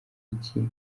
iki